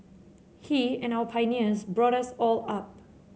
he and our pioneers brought us all up